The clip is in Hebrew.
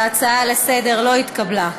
ההצעה לסדר-היום לא התקבלה.